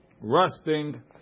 rusting